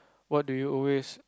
what do you always